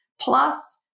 Plus